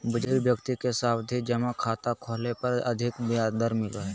बुजुर्ग व्यक्ति के सावधि जमा खाता खोलय पर अधिक ब्याज दर मिलो हय